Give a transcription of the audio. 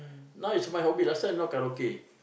now is my hobby lah last time not karaoke